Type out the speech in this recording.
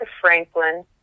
Franklin